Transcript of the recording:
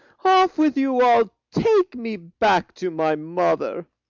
off with you all! take me back to my mother.